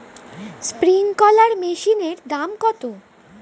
Sprinkler মেশিনের দাম কত?